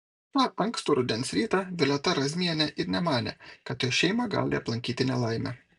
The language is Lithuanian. tą ankstų rudens rytą violeta razmienė ir nemanė kad jos šeimą gali aplankyti nelaimė